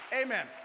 Amen